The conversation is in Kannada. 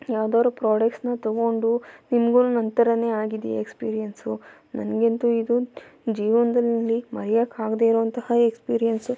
ಯಾವ್ದಾದ್ರು ಪ್ರೋಡಕ್ಟ್ಸ್ನ ತಗೊಂಡು ನಿಮಗೂ ನನ್ನ ಥರವೇ ಆಗಿದೆಯಾ ಎಕ್ಸ್ಪೀರಿಯೆನ್ಸು ನನಗಂತೂ ಇದು ಜೀವನದಲ್ಲಿ ಮರೆಯೋಕೆ ಆಗ್ದೆ ಇರುವಂತಹ ಎಕ್ಸ್ಪೀರಿಯೆನ್ಸು